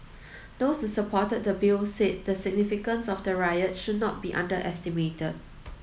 those who supported the Bill said the significance of the riot should not be underestimated